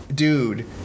Dude